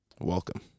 welcome